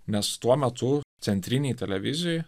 nes tuo metu centrinėj televizijoj